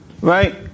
right